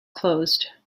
closed